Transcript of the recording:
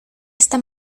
esta